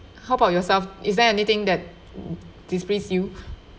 how about yourself is there anything that displease you